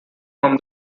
from